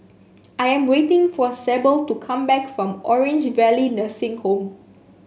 I am waiting for Sable to come back from Orange Valley Nursing Home